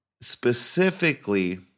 specifically